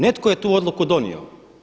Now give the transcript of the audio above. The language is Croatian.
Netko je tu odluku donio.